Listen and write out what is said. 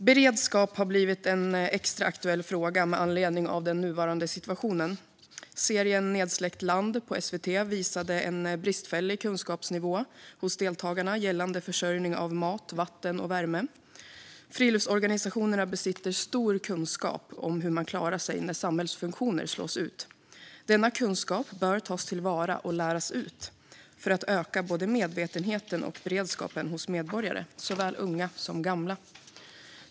Beredskap har blivit en extra aktuell fråga med anledning av den nuvarande situationen. Serien Nedsläckt land på SVT visade en bristfällig kunskapsnivå hos deltagarna gällande försörjning av mat, vatten och värme. Friluftsorganisationerna besitter stor kunskap om hur man klarar sig när samhällsfunktioner slås ut. Denna kunskap bör tas till vara och läras ut för att öka både medvetenheten och beredskapen hos medborgare, såväl unga som gamla.